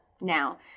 now